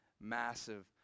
massive